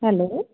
hello